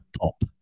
pop